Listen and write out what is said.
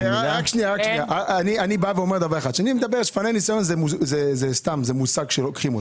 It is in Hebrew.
שפני ניסיון זה מושג.